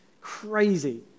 crazy